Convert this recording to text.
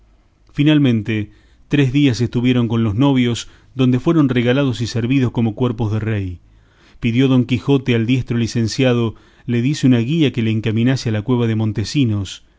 finalmente tres días estuvieron con los novios donde fueron regalados y servidos como cuerpos de rey pidió don quijote al diestro licenciado le diese una guía que le encaminase a la cueva de montesinos